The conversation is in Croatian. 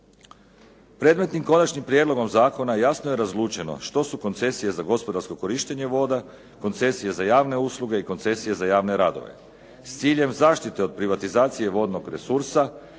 Predmetnim konačnim prijedlogom zakona jasno je razlučeno što su koncesije za gospodarsko korištenje voda, koncesije za javne usluge i koncesije za javne radove. S ciljem zaštite od privatizacije vodnog resursa